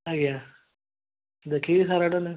ଆଜ୍ଞା ଦେଖିକି ସାରଟା ନେବେ